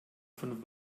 von